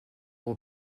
will